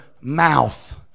mouth